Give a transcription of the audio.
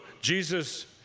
Jesus